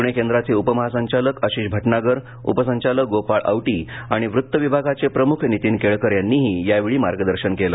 पुणे केंद्राचे उप महासंचालक आशिष भटनागरउपसंचालक गोपाळ आवटी आणि वृत्त विभागाचे प्रमुख नितीन केळकर यांनीही यावेळी मार्गदर्शन केलं